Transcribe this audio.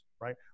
right